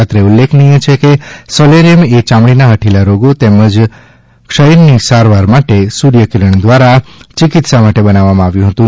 અત્રે ઉલ્લેખનીય છે કે સોલેરિયમ એ યામડીના હઠીલા રોગો તેમજ ક્ષયની સારવાર માટે સૂર્યકિરણ દ્વારા ચિકિત્સા માટે બનાવવામાં આવ્યું હતું